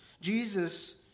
Jesus